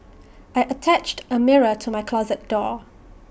I attached A mirror to my closet door